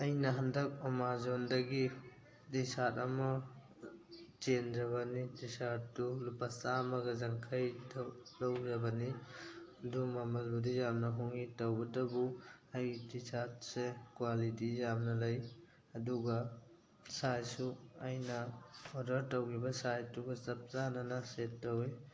ꯑꯩꯅ ꯍꯟꯗꯛ ꯑꯦꯃꯥꯖꯣꯟꯗꯒꯤ ꯇꯤ ꯁꯥꯔꯠ ꯑꯃ ꯆꯦꯟꯖꯕꯅꯤ ꯇꯤ ꯁꯥꯔꯠꯇꯨ ꯂꯨꯄꯥ ꯆꯥꯝꯃꯒ ꯌꯥꯡꯈꯩ ꯂꯧꯈ꯭ꯔꯕꯅꯤ ꯑꯗꯨ ꯃꯃꯜꯕꯨꯗꯤ ꯌꯥꯝꯅ ꯍꯣꯡꯉꯤ ꯇꯧꯕꯇꯕꯨ ꯑꯩ ꯇꯤ ꯁꯥꯔꯠꯁꯦ ꯀ꯭ꯋꯥꯂꯤꯇꯤ ꯌꯥꯝꯅ ꯂꯩ ꯑꯗꯨꯒ ꯁꯥꯏꯖꯁꯨ ꯑꯩꯅ ꯑꯣꯔꯗꯔ ꯇꯧꯈꯤꯕ ꯁꯥꯏꯖꯇꯨꯒ ꯆꯞ ꯆꯥꯟꯅꯅ ꯁꯦꯠ ꯇꯧꯏ